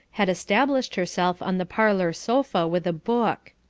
had established herself on the parlour sofa with a book.